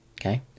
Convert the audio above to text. Okay